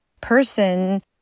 person